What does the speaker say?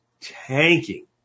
tanking